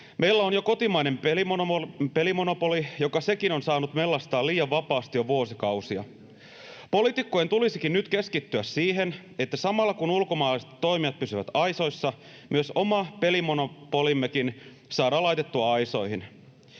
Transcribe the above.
Meillä on jo kotimainen pelimonopoli, joka sekin on saanut mellastaa liian vapaasti jo vuosikausia. Poliitikkojen tulisikin nyt keskittyä siihen, että samalla, kun ulkomaalaiset toimijat pysyvät aisoissa, myös oma pelimonopolimmekin saadaan laitettua aisoihin.